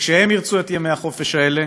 כשהם ירצו את ימי החופש האלה,